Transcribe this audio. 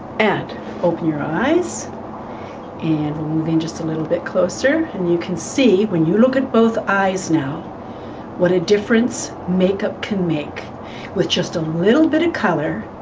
and open your eyes and moving just a little bit closer and you can see when you look at both eyes now what a difference makeup can make with just a little bit of and color,